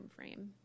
timeframe